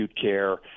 care